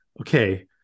okay